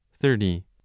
thirty